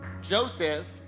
Joseph